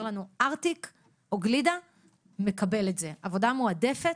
לנו ארטיק או גלידה מקבל עבודה מועדפת,